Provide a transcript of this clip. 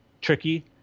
tricky